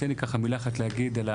תן לי ככה מילה אחת להגיד על,